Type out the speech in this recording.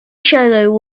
shadow